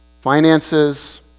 finances